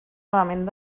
element